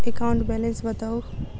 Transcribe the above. account balance बताउ